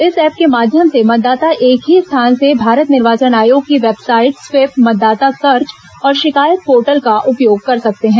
इस ऐप के माध्यम से मतदाता एक ही स्थान से भारत निर्वाचन आयोग की वेबसाइट स्वीप मतदाता सर्च और शिकायत पोर्टल का उपयोग कर सकते हैं